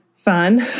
fun